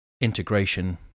integration